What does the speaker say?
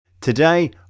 Today